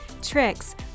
tricks